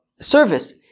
service